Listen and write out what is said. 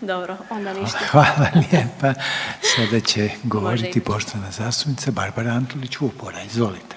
dobro, onda ništa. **Reiner, Željko (HDZ)** Hvala lijepa. Sada će govoriti poštovana zastupnica Barbara Antolić Vupora, izvolite.